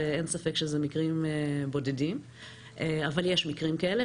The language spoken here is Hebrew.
אין ספק שזה מקרים בודדים אבל יש מקרים כאלה,